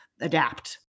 adapt